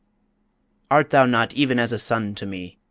art thou not even as a son to me,